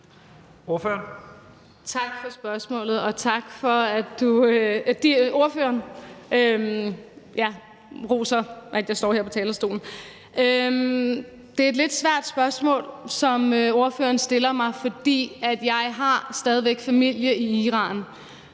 Det er et lidt svært spørgsmål, som ordføreren stiller mig, fordi jeg stadig væk har familie i Iran.